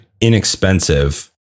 inexpensive